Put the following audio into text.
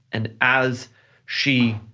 and as she